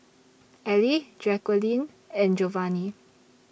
Allie Jaquelin and Jovanny